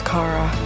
Kara